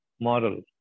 Moral